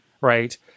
Right